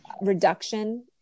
reduction